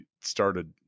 started